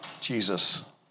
Jesus